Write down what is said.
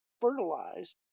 fertilized